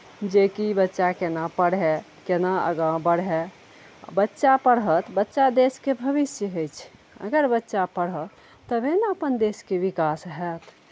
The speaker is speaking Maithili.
जेकि बच्चा केना पढ़ै केना आगाँ बढ़ै बच्चा पढ़त बच्चा देशके भविष्य होइ छै अगर बच्चा पढ़त तखन ने अपन देशके विकास होयत